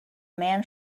man